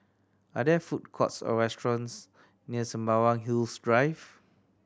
are there food courts or restaurants near Sembawang Hills Drive